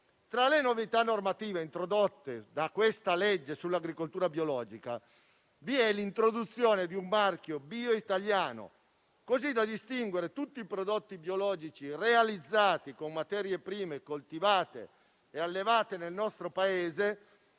Tra le novità normative presenti nel disegno di legge sull'agricoltura biologica vi è l'introduzione di un marchio "bio" italiano, così da distinguere tutti i prodotti biologici realizzati con materie prime coltivate e allevate nel nostro Paese: